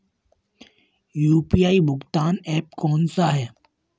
UPI भुगतान app कौन सा है?